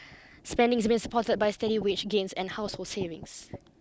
spending is being supported by steady wage gains and household savings